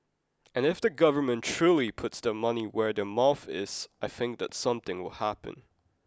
and if the government truly puts the money where their mouth is I think that something will happen